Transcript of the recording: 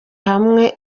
hamwe